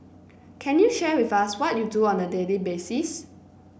can you share with us what you do on the daily basis